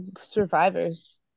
survivors